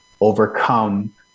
overcome